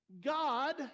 God